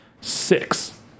Six